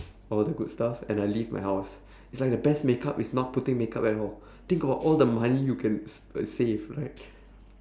all the good stuff and I leave my house it's like the best makeup is not putting on makeup at all think about all the money you can s~ save right